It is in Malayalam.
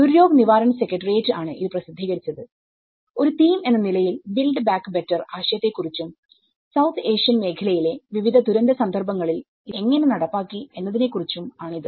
ദുർയോഗ് നിവാരൺ സെക്രട്ടേറിയറ്റ്ആണ് ഇത് പ്രസിദ്ധീകരിച്ചത് ഒരു തീം എന്ന നിലയിൽ ബിൽഡ് ബാക്ക് ബെറ്റർ ആശയത്തെക്കുറിച്ചുംസൌത്ത് ഏഷ്യൻ മേഖലയിലെ വിവിധ ദുരന്ത സന്ദർഭങ്ങളിൽ ഇത് എങ്ങനെ നടപ്പാക്കി എന്നതിനെ കുറിച്ചും ആണ് ഇത്